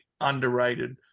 underrated